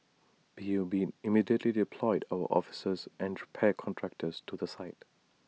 P U B immediately deployed our officers and repair contractors to the site